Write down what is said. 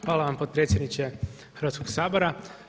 Hvala vam potpredsjedniče Hrvatskog sabora.